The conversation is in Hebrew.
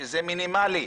שזה מינימלי,